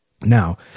now